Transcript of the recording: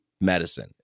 medicine